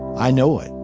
i know it.